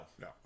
no